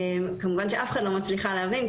כמובן שאף אחת לא מצליחה להבין,